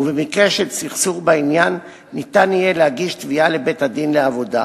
ובמקרה של סכסוך בעניין ניתן יהיה להגיש תביעה לבית-הדין לעבודה.